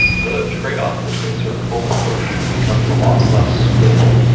the tradeoff between sort of pull and push becomes a lot less critical.